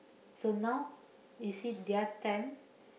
so now you see their time